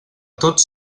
tots